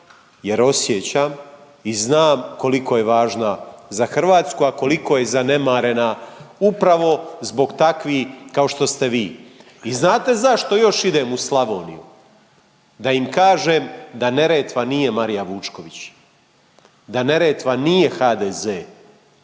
jer osjećam i znam koliko je važna za Hrvatsku, a koliko je zanemarena upravo zbog takvih kao što ste vi. I znate zašto još idem u Slavoniju, da im kažem da Neretva nije Marija Vučković, da Neretva nije HDZ.